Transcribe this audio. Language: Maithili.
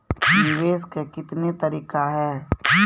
निवेश के कितने तरीका हैं?